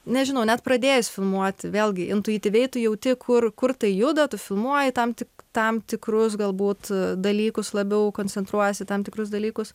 nežinau net pradėjęs filmuoti vėlgi intuityviai tu jauti kur kur tai juda tu filmuoji tam tik tam tikrus galbūt dalykus labiau koncentruojiesi į tam tikrus dalykus